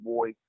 Boy